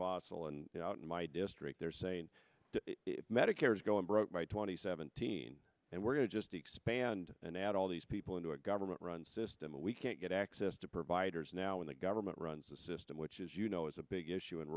fossil and out in my district they're saying medicare is going broke by twenty seventeen and we're going to just expand and add all these people into a government run system and we can't get access to providers now when the government runs a system which is you know is a big issue in